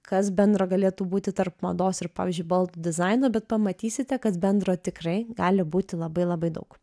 kas bendro galėtų būti tarp mados ir pavyzdžiui baldų dizaino bet pamatysite kad bendro tikrai gali būti labai labai daug